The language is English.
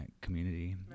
community